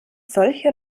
solche